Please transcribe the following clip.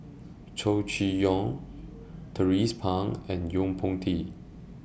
Chow Chee Yong Tracie Pang and Yo Po Tee